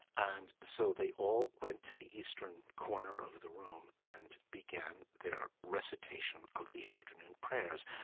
and so they all went to the eastern corner of the room and began their recitation of the afternoon prayers,